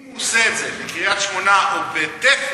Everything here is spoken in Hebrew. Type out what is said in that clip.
אם הוא עושה את זה בקריית-שמונה או בתפן,